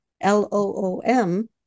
L-O-O-M